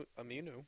Aminu